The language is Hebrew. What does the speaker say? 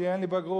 כי אין לי בגרות,